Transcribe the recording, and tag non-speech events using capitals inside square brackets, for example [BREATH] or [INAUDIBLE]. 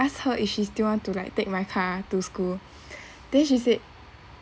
asked her if she still want to like take my car to school [BREATH] then she said